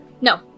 No